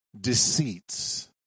deceits